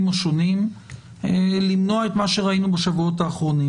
השונים למנוע את מה שראינו בשבועות האחרונים.